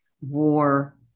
war